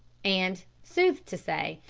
and, sooth to say,